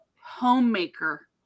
Homemaker